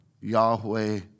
Yahweh